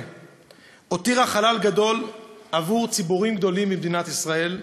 הותירה חלל גדול עבור ציבורים גדולים במדינת ישראל,